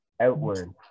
outward